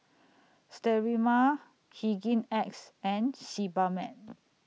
Sterimar Hygin X and Sebamed